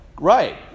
Right